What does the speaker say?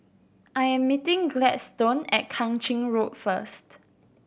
I am meeting Gladstone at Kang Ching Road first